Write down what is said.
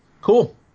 cool